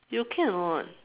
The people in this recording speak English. you okay or not